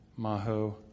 Maho